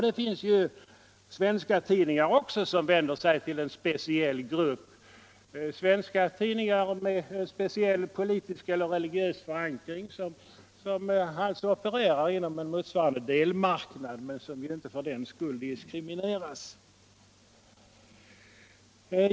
Det finns ju också svenska tidningar som vänder sig till en speciell grupp — svenska tidningar med speciell politisk eller religiös förankring som alltså opererar inom en motsvarande delmarknad men som för den skull inte diskrimineras.